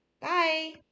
Bye